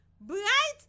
Bright